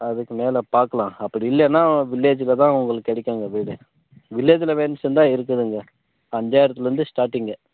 அதுக்கு மேலே பார்க்குலாம் அப்படி இல்லைன்னா வில்லேஜ்ஜில் தான் உங்களுக்கு கிடைக்கும்ங்க வீடு வில்லேஜ்ஜில் வேரியன்ஸ் தான் இருக்குதுங்க அஞ்சாயிரத்துலருந்து ஸ்டாட்டிங்